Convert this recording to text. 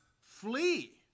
flee